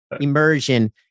Immersion